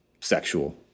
sexual